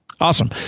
Awesome